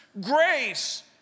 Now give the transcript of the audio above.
grace